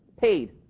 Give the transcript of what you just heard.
Paid